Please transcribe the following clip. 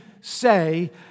say